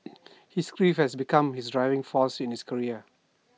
his grief has become his driving force in his career